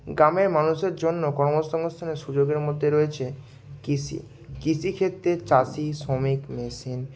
গ্রামের মানুষের জন্য কর্মসংস্থানের সুযোগের মধ্যে রয়েছে কৃষি কৃষিক্ষেত্রে চাষি শ্রমিক মেশিন